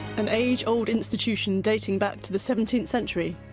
an age-old institution dating back to the seventeenth century,